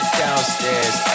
downstairs